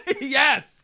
Yes